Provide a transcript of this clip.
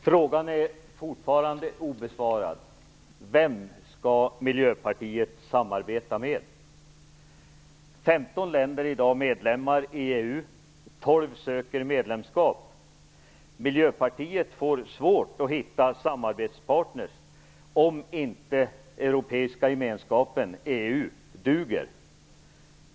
Fru talman! Min fråga är fortfarande obesvarad: Vem skall Miljöpartiet samarbeta med? I dag är 15 länder medlemmar i EU, och 12 söker medlemskap. Miljöpartiet får svårigheter att hitta samarbetspartner, om inte Europeiska unionen, EU, duger.